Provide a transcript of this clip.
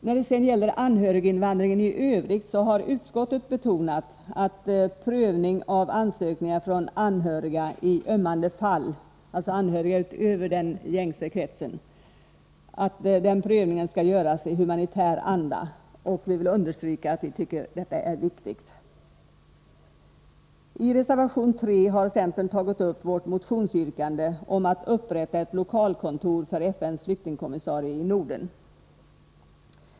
Då det gäller anhöriginvandringen i övrigt har utskottet betonat att prövning av ansökningar från anhöriga i ömmande fall — alltså anhöriga utöver den gängse kretsen — skall göras i humanitär anda. Vi vill understryka att vi finner detta viktigt. I reservation 3 har centern tagit upp ett motionsyrkande om att upprätta ett lokalkontor för FN:s flyktingkommissarie i Norden.